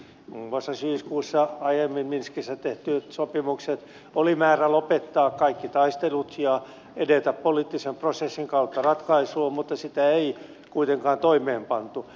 muun muassa syyskuussa aiemmin minskissä tehdyn sopimuksen oli määrä lopettaa kaikki taistelut ja aloittaa eteneminen poliittisen prosessin kautta ratkaisuun mutta sitä ei kuitenkaan toimeenpantu